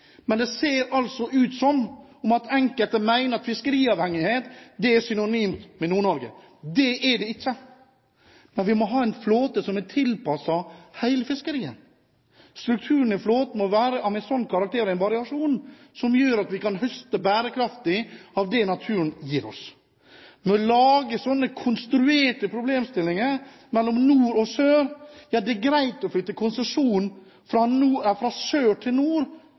synonymt med Nord-Norge. Det er det ikke. Vi må ha en flåte som er tilpasset hele fiskeriet. Strukturen i flåten må være av en sånn karakter og med en variasjon som gjør at vi kan høste bærekraftig av det naturen gir oss. Man kan ikke lage sånne konstruerte problemstillinger mellom nord og sør. Det er greit å flytte konsesjonen fra sør til nord,